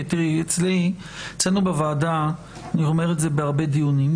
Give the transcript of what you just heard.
כי תראי אצלנו בוועדה אני אומר את זה בהרבה דיונים,